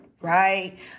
Right